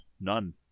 none